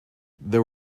there